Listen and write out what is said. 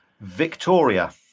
Victoria